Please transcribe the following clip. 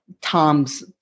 Tom's